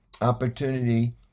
opportunity